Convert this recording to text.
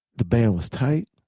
the band was tight